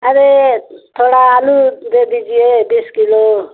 अरे थोड़ा आलू दे दीजिए बीस किलो